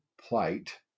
plight